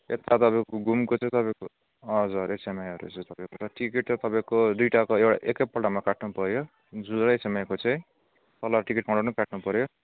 यता तपाईँको घुमको चाहिँ तपाईँको हजुर एचएमआईहरू चाहिँ तपाईँको टिकट चाहिँ तपाईँको दुईवटाको एउटा एकैपल्टमा काट्नु पऱ्यो जू र एचएमआईको चाहिँ तल टिकट काउन्टरमै काट्नु पऱ्यो